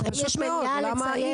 למה אם?